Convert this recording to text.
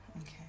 Okay